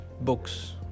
books